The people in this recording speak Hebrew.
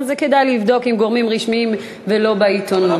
אז כדאי לבדוק עם גורמים רשמיים ולא בעיתונות.